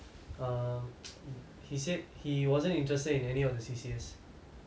err he said he wasn't interested in any of the C_C_As